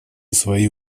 свои